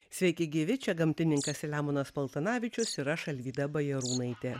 sveiki gyvi čia gamtininkas saliamonas paltanavičius ir aš alvyda bajarūnaitė